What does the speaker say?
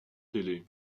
télé